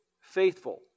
faithful